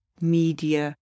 Media